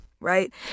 right